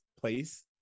place